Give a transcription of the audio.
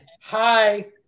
hi